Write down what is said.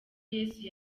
yesu